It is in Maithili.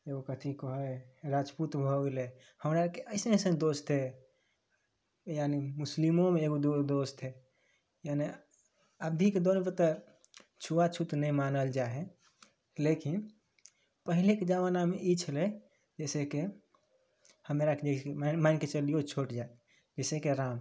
एगो कथी कहै हइ राजपूत भऽ गेलै हमरा अरके अइसन अइसन दोस्त हइ यानी मुसलिमोमे एगो दुइगो दोस्त हइ यानी अभीके दौरमे तऽ छुआछूत नहि मानल जाइ हइ लेकिन पहिलेके जमानामे ई छलै जइसेकि हमरा आरके मानिके चलिऔ छोट जाति जइसेकि राम